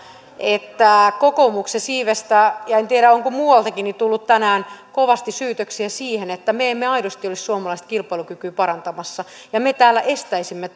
että kokoomuksen siivestä ja en tiedä onko muualtakin on tullut kovasti syytöksiä siihen että me emme aidosti ole suomalaista kilpailukykyä parantamassa ja että me täällä estäisimme